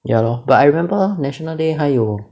ya lor but I remember national day 还有